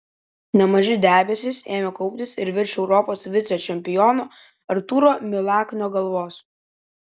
nemaži debesys ėmė kauptis ir virš europos vicečempiono artūro milaknio galvos